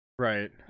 Right